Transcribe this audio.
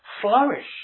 flourish